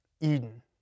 Eden